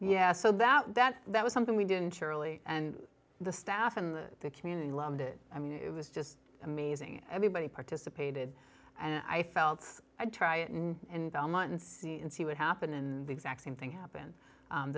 yeah so that that that was something we didn't surely and the staff in the community loved it i mean it was just amazing everybody participated and i felt i'd try it and vomit and see and see what happened in the exact same thing happened